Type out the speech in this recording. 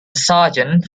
sergeant